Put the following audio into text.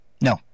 no